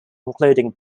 including